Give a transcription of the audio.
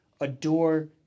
adore